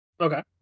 Okay